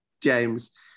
James